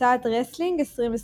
הוצאת רסלינג, 2021